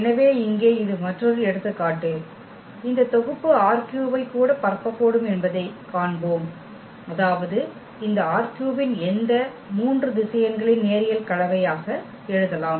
எனவே இங்கே இது மற்றொரு எடுத்துக்காட்டு இந்த தொகுப்பு ℝ3 ஐக் கூட பரப்பக்கூடும் என்பதைக் காண்போம் அதாவது இந்த ℝ3 இன் எந்த களையும் இந்த மூன்று திசையன்களின் நேரியல் கலவையாக எழுதலாம்